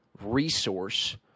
resource